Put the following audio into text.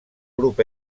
grup